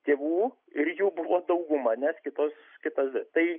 tėvų ir jų buvo dauguma nes kitos kitas tai